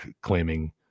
claiming